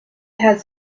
has